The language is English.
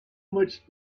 much